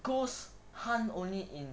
ghosts hunt only in